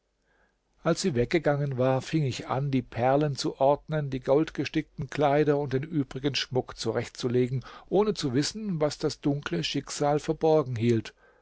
als sie weggegangen war fing ich an die perlen zu ordnen die goldgestickten kleider und den übrigen schmuck zurecht zu legen ohne zu wissen was das dunkle schicksal verborgen hielt